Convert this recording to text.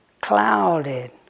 clouded